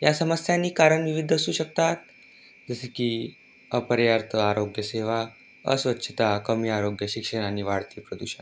या समस्यांनी कारण विविध असू शकतात जसे की अपर्याप्त आरोग्य सेवा अस्वच्छता कमी आरोग्य शिक्षण आणि वाढते प्रदूषण